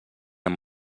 amb